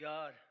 God